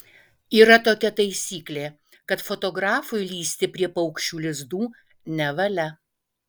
yra tokia taisyklė kad fotografui lįsti prie paukščių lizdų nevalia